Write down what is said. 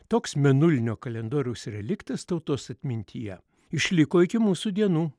toks mėnulinio kalendoriaus reliktas tautos atmintyje išliko iki mūsų dienų